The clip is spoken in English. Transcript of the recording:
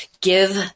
give